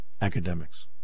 Academics